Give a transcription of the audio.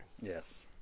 Yes